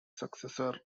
successor